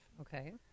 Okay